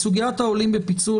את סוגיית העולים בפיצול,